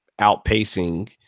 outpacing